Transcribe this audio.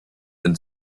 and